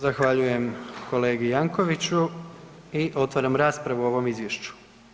Zahvaljujem kolegi Jankovicsu i otvaram raspravu o ovom izvješću.